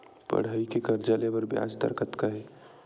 पढ़ई के कर्जा ले बर ब्याज दर कतका हे?